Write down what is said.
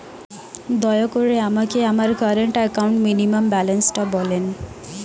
দয়া করে আমাকে আমার কারেন্ট অ্যাকাউন্ট মিনিমাম ব্যালান্সটা বলেন